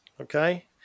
Okay